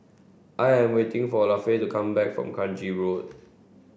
I am waiting for Lafe to come back from Kranji Road